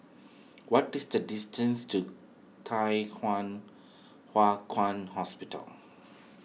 what is the distance to Thye Kwan Hua Kwan Hospital